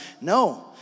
No